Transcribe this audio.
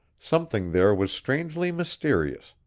something there was strangely mysterious,